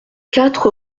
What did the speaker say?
quatre